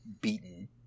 beaten